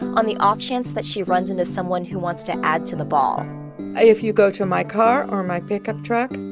on the off chance that she runs into someone who wants to add to the ball if you go to my car or my pickup truck,